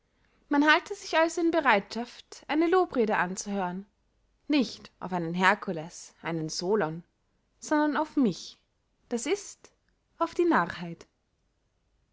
man halte sich also in bereitschaft eine lobrede anzuhören nicht auf einen herkules einen solon sondern auf mich d i auf die